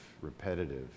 repetitive